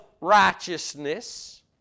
righteousness